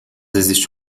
existe